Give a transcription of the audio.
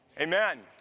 Amen